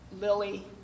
Lily